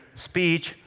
speech,